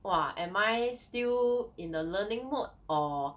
!wah! am I still in a learning mode or